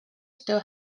still